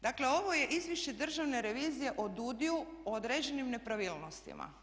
Dakle, ovo je izvješće Državne revizije o DUDI-u o određenim nepravilnostima.